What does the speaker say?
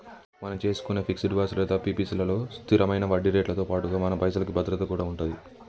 మనం చేసుకునే fix deposit లేదా పి.పి.ఎస్ లలో స్థిరమైన వడ్డీరేట్లతో పాటుగా మన పైసలకి భద్రత కూడా ఉంటది